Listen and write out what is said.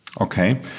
Okay